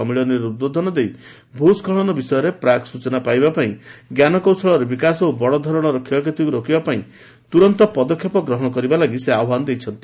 ସମ୍ମିଳନୀରେ ଉଦ୍ବୋଧନ ଦେଇ ଭୂଷ୍କଳନ ବିଷୟରେ ପ୍ରାକ୍ ସ୍ଟଚନା ପାଇବାପାଇଁ ଜ୍ଞାନକୌଶର ବିକାଶ ଓ ବଡ଼ ଧରଣର କ୍ଷୟକ୍ଷତିକୁ ରୋକିବା ପାଇଁ ତୁରନ୍ତ ପଦକ୍ଷେପ ଗ୍ରହଣ ଲାଗି ଆହ୍ୱାନ ଦେଇଛନ୍ତି